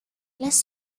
las